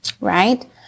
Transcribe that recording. Right